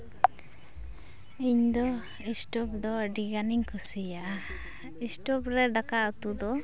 ᱤᱧ ᱫᱚ ᱮᱥᱴᱳᱵᱷ ᱫᱚ ᱟᱹᱰᱤᱜᱟᱱᱤᱧ ᱠᱩᱥᱤᱭᱟᱜᱼᱟ ᱮᱥᱴᱳᱵᱷ ᱨᱮ ᱫᱟᱠᱟ ᱩᱛᱩ ᱫᱚ